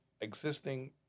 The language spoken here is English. existing